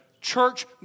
Church